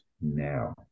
now